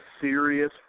serious